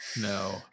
No